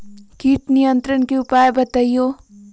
किट नियंत्रण के उपाय बतइयो?